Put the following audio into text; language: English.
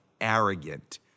arrogant